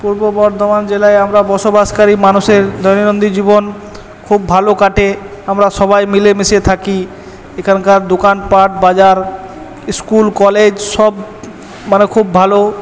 পূর্ব বর্ধমান জেলায় আমরা বসবাসকারী মানুষের দৈনন্দিন জীবন খুব ভালো কাটে আমরা সবাই মিলেমিশে থাকি এখানকার দোকানপাট বাজার স্কুল কলেজ সব মানে খুব ভালো